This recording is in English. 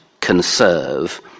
conserve